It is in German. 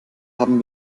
haben